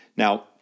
Now